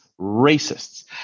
racists